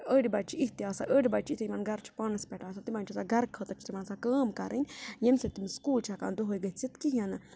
أڑۍ بَچہِ چھِ اِتھ تہِ آسان أڑۍ بَچہِ چھِ یِتھٕے یِمَن گَرٕ چھِ پانَس پٮ۪ٹھ آسان تِمَن چھِ آسان گَرٕ خٲطرٕ چھِ تِمَن آسان کٲم کَرٕنۍ ییٚمہِ سۭتۍ تِم سکوٗل چھِ ہٮ۪کان دۄہَے گٔژھِتھ کِہیٖنۍ نہٕ